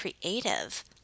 creative